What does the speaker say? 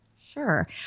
Sure